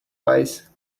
eyes